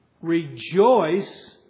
rejoice